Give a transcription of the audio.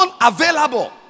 unavailable